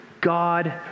God